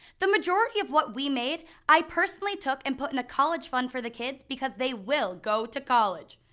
the majority of what we made, i personally took and put in a college fund for the kids because they will go to college.